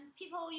people